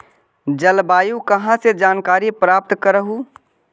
जलवायु कहा से जानकारी प्राप्त करहू?